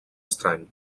estrany